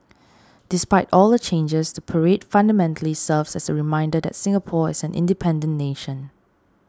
despite all the changes the parade fundamentally serves as a reminder that Singapore is an independent nation